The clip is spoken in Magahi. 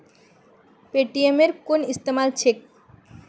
पेटीएमेर कुन इस्तमाल छेक